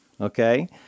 okay